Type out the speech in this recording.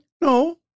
No